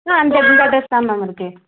ஆ அந்த இந்த அட்ரஸ்தான் மேம் இருக்குது